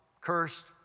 cursed